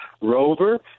rover